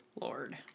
Lord